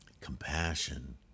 Compassion